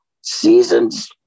seasons